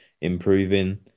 improving